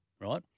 right